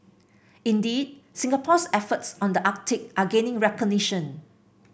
indeed Singapore's efforts on the Arctic are gaining recognition